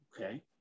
Okay